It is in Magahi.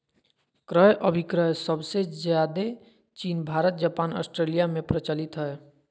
क्रय अभिक्रय सबसे ज्यादे चीन भारत जापान ऑस्ट्रेलिया में प्रचलित हय